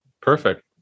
Perfect